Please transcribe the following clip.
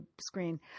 screen